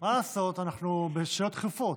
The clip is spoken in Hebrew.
מה לעשות, אנחנו בשאילתות דחופות.